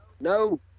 No